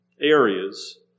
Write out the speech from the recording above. areas